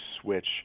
switch